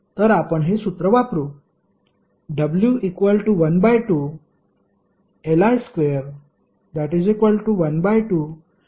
आपण हे सूत्र वापरू w12Li2120